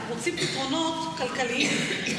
רוצים פתרונות כלכליים.